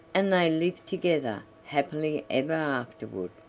and they lived together happily ever afterward.